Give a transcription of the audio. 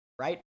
right